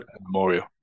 memorial